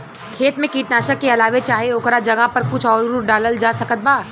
खेत मे कीटनाशक के अलावे चाहे ओकरा जगह पर कुछ आउर डालल जा सकत बा?